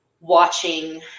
watching